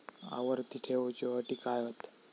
आवर्ती ठेव च्यो अटी काय हत?